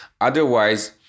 otherwise